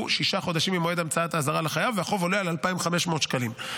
שישה חודשים ממועד המצאת האזהרה לחייב והחוב עולה על 2,500 ש"ח.